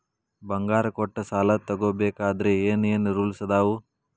ಬಂಗಾರ ಕೊಟ್ಟ ಸಾಲ ತಗೋಬೇಕಾದ್ರೆ ಏನ್ ಏನ್ ರೂಲ್ಸ್ ಅದಾವು?